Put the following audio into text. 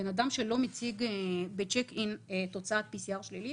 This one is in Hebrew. בן אדם שלא מציג בצ'ק אין תוצאת PCR שלילית,